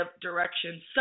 direction